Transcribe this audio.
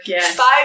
five